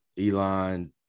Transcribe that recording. Elon